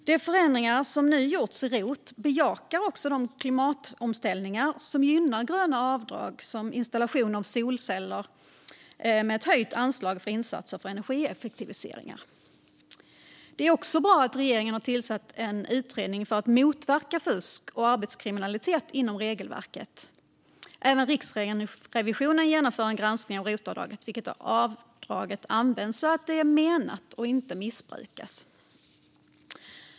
De förändringar som nu gjorts i rot bejakar också de klimatomställningar som gynnar gröna avdrag, såsom installation av solceller, med ett höjt anslag för insatser för energieffektiviseringar. Det är också bra att regeringen har tillsatt en utredning för att motverka fusk och arbetslivskriminalitet inom regelverket. Även Riksrevisionen genomför en granskning av att rotavdraget används som det är menat och inte missbrukas.